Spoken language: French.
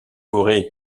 aurez